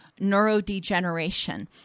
neurodegeneration